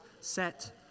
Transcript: Set